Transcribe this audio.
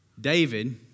David